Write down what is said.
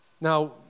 Now